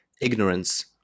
Ignorance